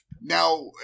Now